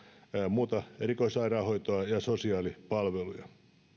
muuta erikoissairaanhoitoa ja sosiaalipalveluja